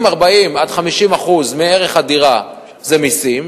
אם 40% 50% מערך הדירה זה מסים,